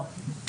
לא.